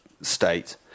state